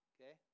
Okay